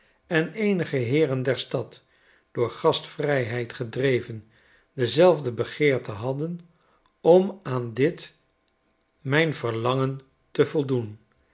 en eenige heeren der stad door gastvryheid gedreven dezelfde begeerte hadden om aan dit mijn verlangen te voldoen